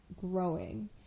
growing